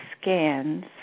scans